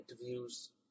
interviews